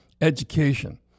education